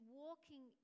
walking